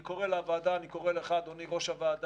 אני קורא לוועדה, אני קורא לך, אדוני ראש הוועדה,